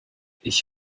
ich